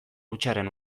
hutsaren